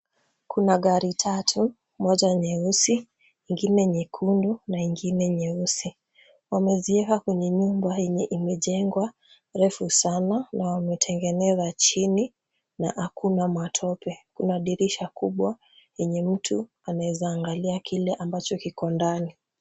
Kuna gari tatu, moja nyeusi, ingine nyekundu na ingine nyeusi. Wameziweka kwenye nyumba yenye imejengwa refu sana na wametengeneza chini na hakuna matope. Kuna dirisha kubwa yenye mtu anaweza angalia kile ambacho kiko ndani.